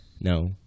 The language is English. No